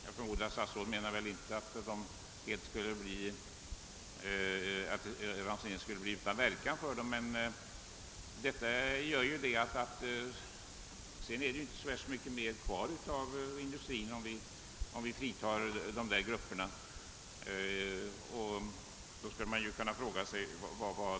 Jag förmodar att statsrådet inte menar att ransoneringen skall bli utan verkan för dessa grupper, men om de fritas blir det inte så värst stor del av industrin som ransoneringsbestämmelserna kan gälla.